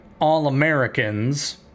All-Americans